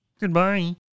Goodbye